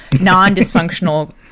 non-dysfunctional